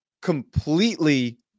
completely